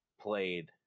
played